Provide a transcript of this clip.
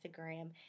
instagram